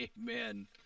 amen